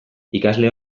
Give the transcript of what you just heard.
ikasle